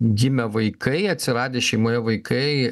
gimę vaikai atsiradę šeimoje vaikai